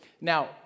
Now